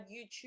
youtube